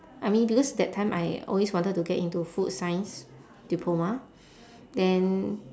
I mean because that time I always wanted to get into food science diploma then